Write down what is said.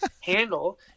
handle